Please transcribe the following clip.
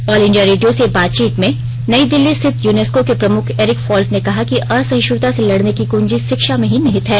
all India radio से बातचीत में नई दिल्ली स्थित यूनेस्को के प्रमुख एरिक फॉल्ट ने कहा कि असहिष्णुता से लड़ने की कुंजी शिक्षा में ही निहित है